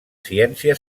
ciència